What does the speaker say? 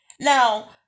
Now